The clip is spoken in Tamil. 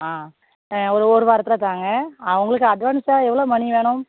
ஆ ஒரு ஒரு வாரத்தில் தாங்க அவங்களுக்கு அட்வான்ஸாக எவ்வளோ மணி வேணும்